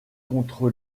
contre